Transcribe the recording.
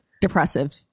Depressive